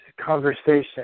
conversation